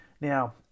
Now